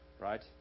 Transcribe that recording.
Right